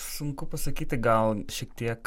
sunku pasakyti gal šiek tiek